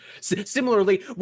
similarly